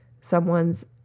someone's